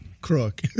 crook